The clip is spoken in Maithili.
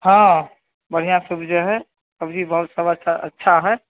हँ बढ़िआँसँ उपजै हइ सब्जी बहुत सब अच्छा अच्छा हइ